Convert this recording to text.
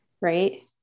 Right